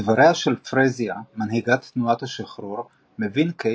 מדבריה של פרזיה מנהיגת תנועת השחרור מבין קיי